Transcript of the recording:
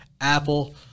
Apple